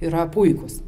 yra puikūs